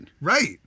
Right